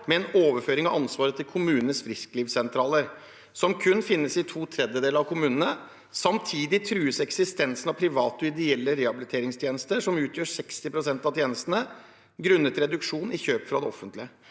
med en overføring av ansvar til kommunenes frisklivssentraler, som kun finnes i 2/3 av kommunene. Samtidig trues eksistensen av private og ideelle rehabiliteringstjenester, som utgjør 60 pst. av tjenestene, grunnet reduksjon i kjøp fra det offentlige.